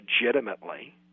legitimately